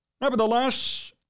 Nevertheless